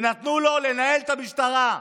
ונתנו לו לנהל את המשטרה.